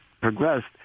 progressed